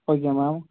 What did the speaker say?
okay ma'am